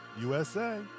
USA